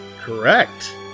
Correct